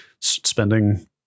spending